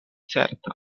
certa